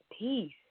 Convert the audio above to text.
peace